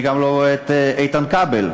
אני גם לא רואה את איתן כבל,